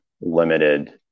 limited